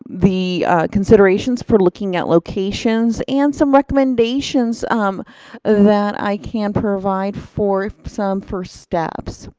the considerations for looking at locations, and some recommendations that i can provide for some for steps.